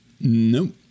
Nope